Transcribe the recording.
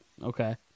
Okay